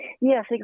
Yes